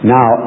Now